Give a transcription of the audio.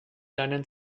deinen